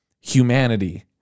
humanity